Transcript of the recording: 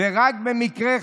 ורק במקרה,